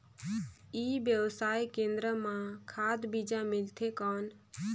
ई व्यवसाय केंद्र मां खाद बीजा मिलथे कौन?